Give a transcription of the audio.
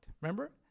Remember